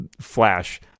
Flash